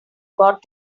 got